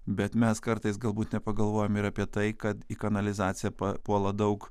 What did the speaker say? bet mes kartais galbūt nepagalvojom ir apie tai kad į kanalizaciją papuola daug